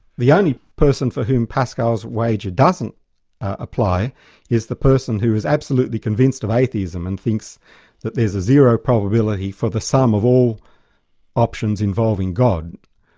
the only person for whom pascal's wager doesn't apply is the person who is absolutely convinced of atheism, and thinks that there's a zero probability for the sum of all options involving god.